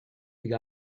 you